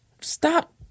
Stop